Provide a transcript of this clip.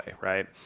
Right